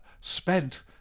spent